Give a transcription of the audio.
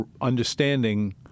understanding